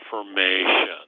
information